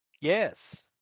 yes